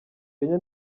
kenya